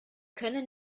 können